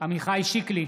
עמיחי שיקלי,